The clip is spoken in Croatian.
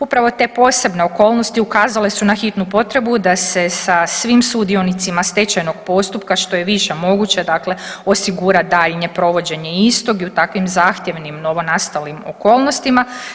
Upravo te posebne okolnosti ukazale su na hitnu potrebu da se sa svim sudionicima stečajnog postupka što je više moguće, dakle osigura daljnje provođenje istog i u takvim zahtjevnim novonastalim okolnostima.